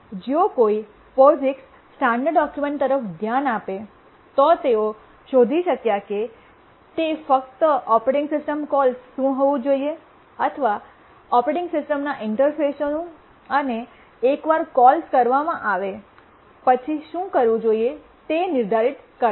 જો કોઈ POSIX standard document તરફ ધ્યાન આપેતો તેઓ શોધી શક્યા કે તે ફક્ત ઓપરેટિંગ સિસ્ટમ કોલ્સ શું હોવું જોઈએ અથવા ઓપરેટિંગ સિસ્ટમના ઇન્ટરફેસોનું અને એકવાર કોલ્સ કરવામાં આવે પછી શુ કરવું જોઈએ તે નિર્ધારિત કરે છે